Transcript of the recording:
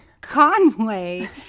Conway